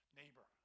neighbor